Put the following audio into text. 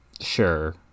sure